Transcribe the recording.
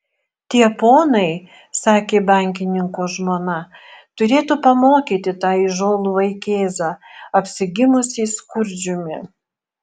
tie ponai sakė bankininko žmona turėtų pamokyti tą įžūlų vaikėzą apsigimusį skurdžiumi